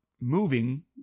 moving